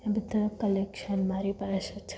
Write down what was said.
આ બધા કલેક્શન મારી પાસે છે